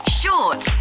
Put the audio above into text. short